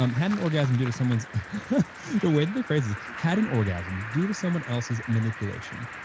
um had an orgasm due to someone's the way they phrase this, had an orgasm due to someone else's manipulation.